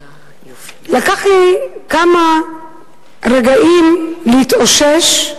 לקח לי כמה רגעים להתאושש,